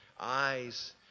eyes